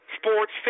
sports